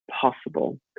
possible